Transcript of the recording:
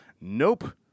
Nope